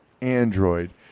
Android